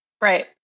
Right